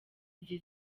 izi